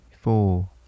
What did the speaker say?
four